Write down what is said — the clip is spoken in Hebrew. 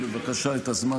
את אומרת עוד פעם "שקרן",